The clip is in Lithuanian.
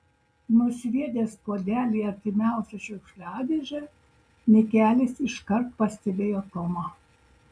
nusviedęs puodelį į artimiausią šiukšliadėžę mikelis iškart pastebėjo tomą